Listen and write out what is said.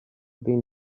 been